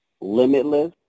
Limitless